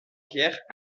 pierre